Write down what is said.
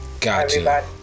Gotcha